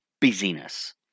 busyness